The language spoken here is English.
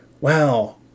wow